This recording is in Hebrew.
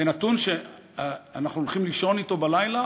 זה נתון שאנחנו הולכים לישון אתו בלילה,